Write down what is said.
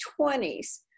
20s